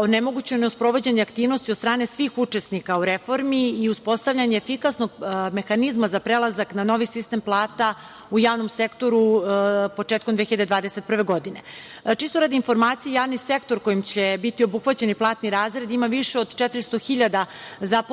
onemogućeno sprovođenje aktivnosti od strane svih učesnika u reformi i uspostavljanje efikasnog mehanizma za prelazak na novi sistem plata u javnom sektoru početkom 2021. godine. Čisto radi informacije, javni sektor kojim će biti obuhvaćene platni razredi, ima više od 400.000 zaposlenih